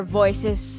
voices